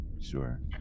Sure